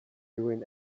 doing